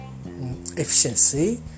efficiency